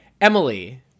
Emily